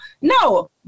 No